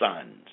sons